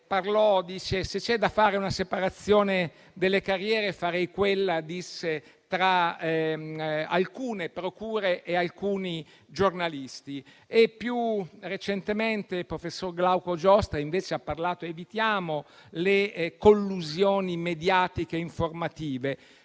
che, se c'era da fare una separazione delle carriere, avrebbe fatto quella tra alcune procure e alcuni giornalisti. Più recentemente il professor Glauco Giostra, invece, ha parlato di evitare le collusioni mediatiche informative.